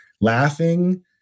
laughing